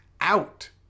out